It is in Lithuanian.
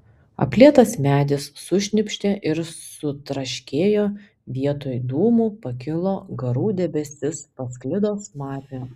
aplietas medis sušnypštė ir sutraškėjo vietoj dūmų pakilo garų debesis pasklido smarvė